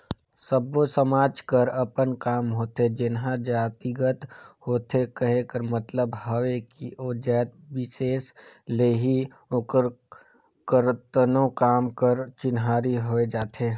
सब्बो समाज कर अपन काम होथे जेनहा जातिगत होथे कहे कर मतलब हवे कि ओ जाएत बिसेस ले ही ओकर करतनो काम कर चिन्हारी होए जाथे